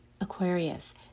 Aquarius